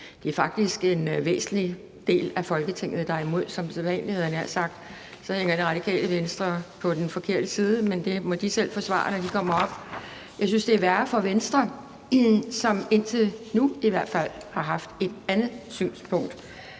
jeg nær sagt, en væsentlig del af Folketinget, der er imod. Så hænger Radikale Venstre på den forkerte side, men det må de selv forsvare, når de kommer op. Jeg synes, det er værre for Venstre, som indtil nu i hvert fald har haft et andet synspunkt